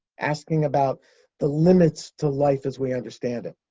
asking about the limits to life as we understand it.